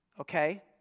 Okay